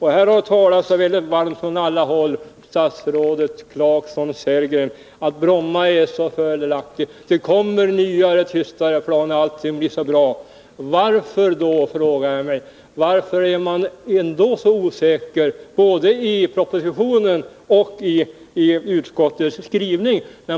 Här har talats så varmt från alla håll — kommunikationsministern, Rolf Clarkson, Rolf Sellgren — om att Bromma är så fördelaktigt. Det kommer nya tystare plan, och allting blir så bra. Varför är man då, frågar jag mig, ändå så osäker, både i propositionen och i utskottets skrivning?